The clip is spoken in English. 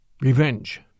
Revenge